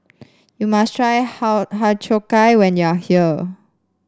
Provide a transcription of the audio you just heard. you must try how Har Cheong Gai when you are here